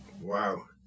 Wow